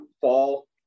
fall